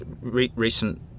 recent